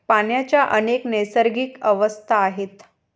पाण्याच्या अनेक नैसर्गिक अवस्था आहेत